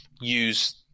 use